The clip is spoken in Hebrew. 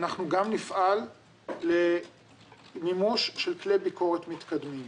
אנחנו גם נפעל למימוש של כלי ביקורת מתקדמים,